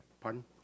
Pardon